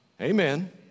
Amen